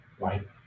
right